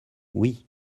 oui